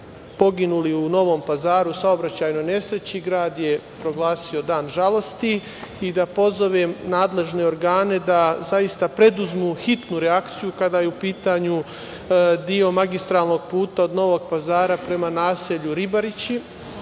poginuli u Novom Pazaru u saobraćajnoj nesreći. Grad je proglasio dan žalosti i da pozovem nadležne organe da zaista preduzmu hitnu reakciju kada je u pitanju deo magistralnog puta od Novog Pazara prema naselju Ribarići,